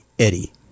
Eddie